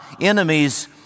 enemies